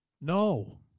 No